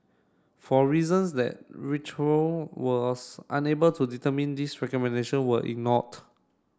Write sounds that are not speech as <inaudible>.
for reasons that <unintelligible> was unable to determine these recommendation were ignored